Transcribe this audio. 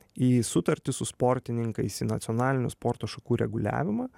į sutartį su sportininkais į nacionalinių sporto šakų reguliavimą